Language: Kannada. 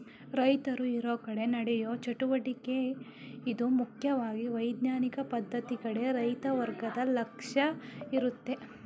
ರೈತರು ಇರೋಕಡೆ ನಡೆಯೋ ಚಟುವಟಿಕೆ ಇದು ಮುಖ್ಯವಾಗಿ ವೈಜ್ಞಾನಿಕ ಪದ್ಧತಿ ಕಡೆ ರೈತ ವರ್ಗದ ಲಕ್ಷ್ಯ ಇರುತ್ತೆ